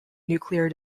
nuclear